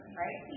right